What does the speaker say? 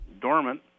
dormant